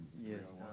Yes